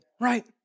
right